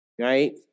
right